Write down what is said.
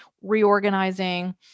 reorganizing